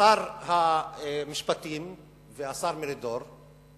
שר המשפטים והשר מרידור,